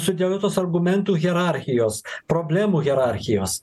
sudėliotos argumentų hierarchijos problemų hierarchijos